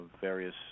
various